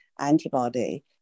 antibody